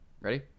Ready